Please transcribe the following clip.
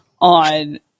on